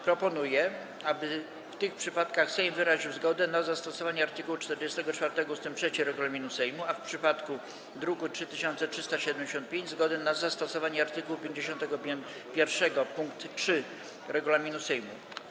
Proponuję, aby w tych przypadkach Sejm wyraził zgodę na zastosowanie art. 44 ust. 3 regulaminu Sejmu, a w przypadku druku nr 3375 - zgodę na zastosowanie art. 51 pkt 3 regulaminu Sejmu.